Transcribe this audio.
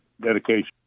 dedication